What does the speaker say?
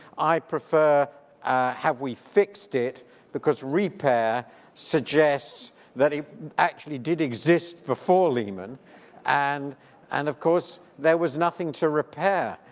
i prefer have we fixed it because repair suggests that it actually did exist before lehman and and of course there was nothing to repair,